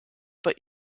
but